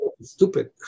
stupid